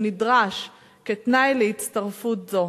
והוא נדרש כתנאי להצטרפות זו,